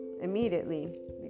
immediately